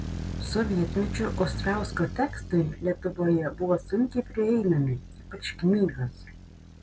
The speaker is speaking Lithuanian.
sovietmečiu ostrausko tekstai lietuvoje buvo sunkiai prieinami ypač knygos